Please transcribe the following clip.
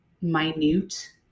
minute